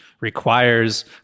requires